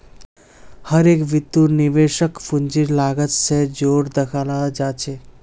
हर एक बितु निवेशकक पूंजीर लागत स जोर देखाला जा छेक